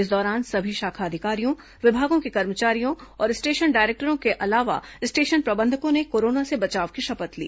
इस दौरान सभी शाखा अधिकारियों विभागों के कर्मचारियों और स्टेशन डायरेक्टरों के अलावा स्टेशन प्रबंधकों ने कोरोना से बचाव की शपथ ली